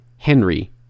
Henry